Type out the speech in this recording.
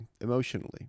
emotionally